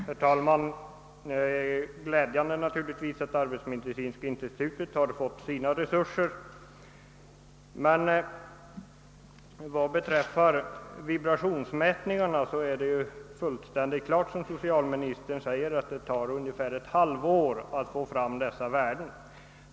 Herr talman! Det är naturligtvis glädjande att arbetsmedicinska institutet har fått sina resurser. Vad beträffar vibrationsmätningarna är det fullständigt klart, som socialministern säger, att det tar ungefär ett halvt år att få fram dessa värden.